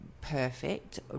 perfect